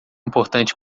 importante